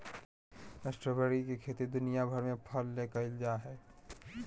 strawberry के खेती दुनिया भर में फल ले कइल जा हइ